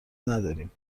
نداریم